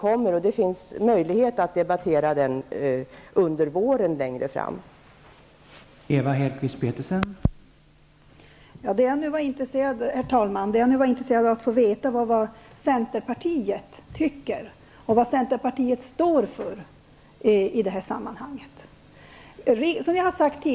Och det finns möjlighet att debattera den propositionen längre fram under våren.